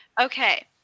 Okay